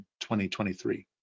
2023